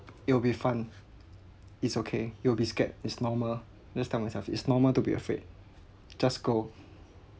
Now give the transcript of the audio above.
it'll be fun it's okay you will be scared it's normal I just tell myself it's normal to be afraid just go